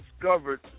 discovered